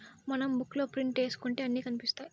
మనం బుక్ లో ప్రింట్ ఏసుకుంటే అన్ని కనిపిత్తాయి